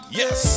yes